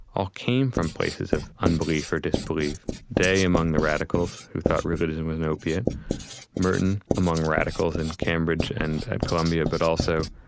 all came from places of unbelief or disbelief day, among the radicals who thought religion was an opiate merton, among radicals in cambridge and at columbia, but also,